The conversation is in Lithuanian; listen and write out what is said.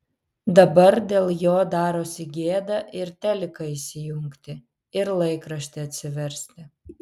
dabar dėl jo darosi gėda ir teliką įsijungti ir laikraštį atsiversti